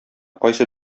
кайсы